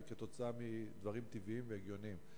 בגלל דברים טבעיים והגיוניים,